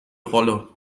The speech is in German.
rolle